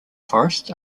forest